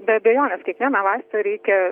be abejonės kiekvieną vaistą reikia